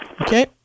Okay